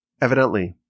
Evidently